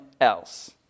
else